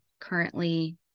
currently